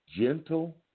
gentle